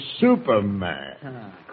Superman